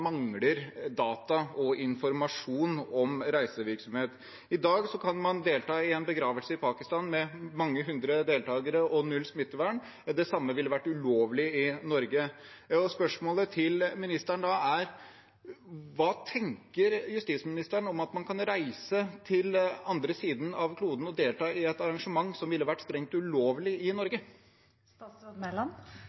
mangler data og informasjon om reisevirksomhet. I dag kan man delta i en begravelse i Pakistan med mange hundre deltakere og null smittevern. Det samme ville vært ulovlig i Norge. Spørsmålet til ministeren er: Hva tenker justisministeren om at man kan reise til den andre siden av kloden og delta i et arrangement som ville vært strengt ulovlig i